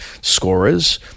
scorers –